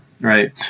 right